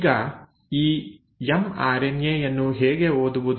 ಈಗ ಈ ಎಮ್ಆರ್ಎನ್ಎ ಯನ್ನು ಹೇಗೆ ಓದುವುದು